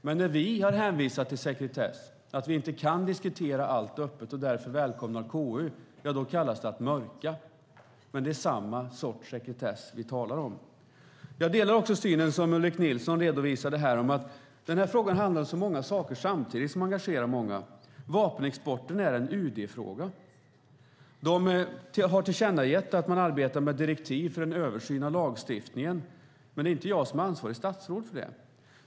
Men när vi har hänvisat till sekretess och att vi inte kan diskutera allt öppet och därför välkomnar KU:s granskning kallas det att mörka. Men det är samma sorts sekretess som vi talar om. Jag delar också den syn som Ulrik Nilsson redovisade här att denna fråga handlar om så många saker samtidigt som engagerar många. Vapenexporten är en UD-fråga. UD har tillkännagett att man arbetar med direktiv för en översyn av lagstiftningen. Men det är inte jag som är ansvarigt statsråd för det.